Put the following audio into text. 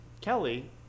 Kelly